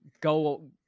go